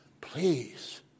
Please